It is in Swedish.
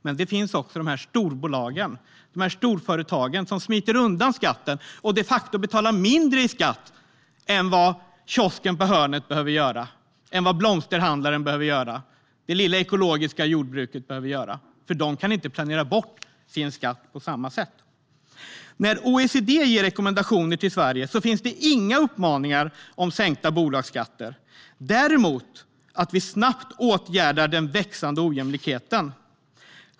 Men det finns också storbolag som smiter undan skatten och de facto betalar mindre i skatt än vad kiosken på hörnet, blomsterhandlaren eller det lilla ekologiska jordbruket behöver göra. De kan inte planera bort sin skatt på samma sätt. Men när OECD ger rekommendationer till Sverige finns inga uppmaningar om sänkta bolagsskatter. Däremot rekommenderas vi att snabbt åtgärda den växande ojämlikheten.